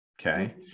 Okay